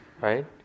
right